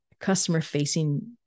customer-facing